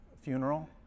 funeral